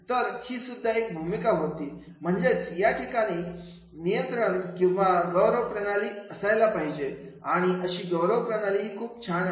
तर ही सुद्धा एक भूमिका होती म्हणजेच या ठिकाणी नियंत्रण किंवा गौरव प्रणाली असायला पाहिजे आणि अशी गौरव प्रणाली हि खूप छान आहे